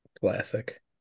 Classic